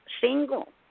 single